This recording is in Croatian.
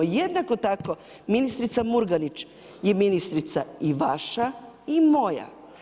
Jednako tako ministrica Murganić je ministrica i vaša i moja.